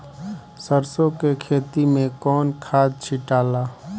सरसो के खेती मे कौन खाद छिटाला?